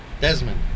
Desmond